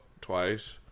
twice